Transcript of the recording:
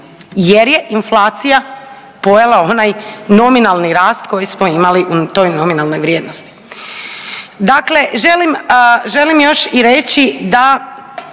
jer je inflacija pojela onaj nominalni rast koji smo imali u toj nominalnoj vrijednosti. Dakle, želim još i reći da